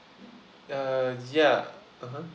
uh ya (uh huh)